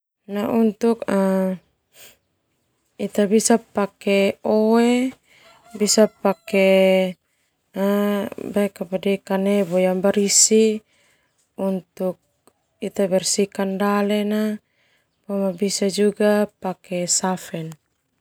Untuk ita bisa pake oe bisa pake kanebo untuk ita bersihkan dale na boma bisa safe.